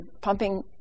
pumping